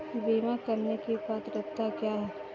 बीमा करने की पात्रता क्या है?